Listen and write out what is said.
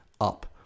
up